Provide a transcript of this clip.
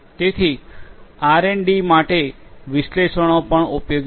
તેથી R and D માટે વિશ્લેષણો પણ ઉપયોગી છે